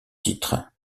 titre